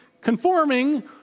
conforming